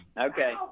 Okay